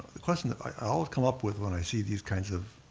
the question that i always come up with when i see these kinds of